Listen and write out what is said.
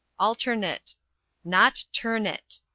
alternate not ternate.